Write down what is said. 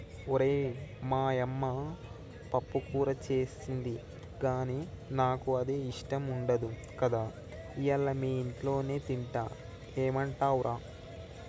ఓరై మా యమ్మ పప్పుకూర సేసింది గానీ నాకు అది ఇష్టం ఉండదు కదా ఇయ్యల మీ ఇంట్లోనే తింటా ఏమంటవ్ రా